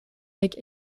heet